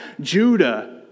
Judah